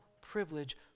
privilege